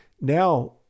now